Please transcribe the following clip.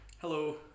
Hello